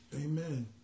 Amen